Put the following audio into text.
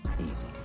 easy